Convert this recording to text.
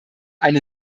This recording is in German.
eine